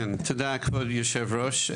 תודה, כבוד היושב ראש.